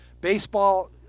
Baseball